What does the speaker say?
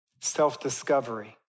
self-discovery